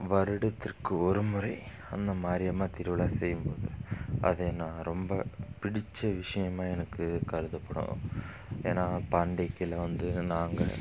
வருடத்திற்கு ஒருமுறை அந்த மாரியம்மா திருவிழா செய்யும்போது அதை நான் ரொம்ப பிடித்த விஷயமா எனக்கு கருதப்படும் ஏன்னா பண்டிகையில் வந்து நாங்கள்